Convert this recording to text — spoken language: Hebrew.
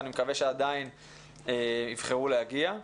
אני מקווה שעדיין יבחרו להגיע.